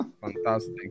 Fantastic